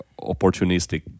opportunistic